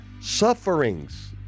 sufferings